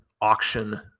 auction